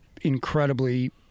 incredibly